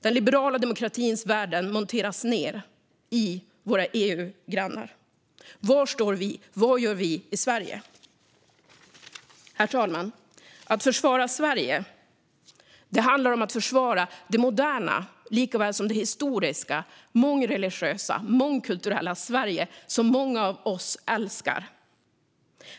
Den liberala demokratins värden monteras ned hos våra EU-grannar. Var står vi? Vad gör vi i Sverige? Herr talman! Att försvara Sverige handlar om att försvara det moderna likaväl som det historiska och mångreligiösa, mångkulturella Sverige som många av oss älskar.